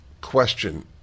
question